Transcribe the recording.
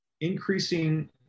increasing